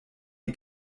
die